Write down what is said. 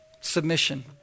Submission